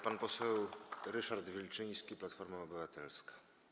Pan poseł Ryszard Wilczyński, Platforma Obywatelska.